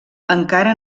encara